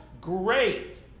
great